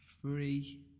three